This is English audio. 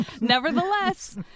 Nevertheless